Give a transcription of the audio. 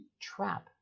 trap